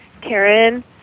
Karen